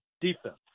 defense